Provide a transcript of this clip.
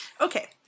Okay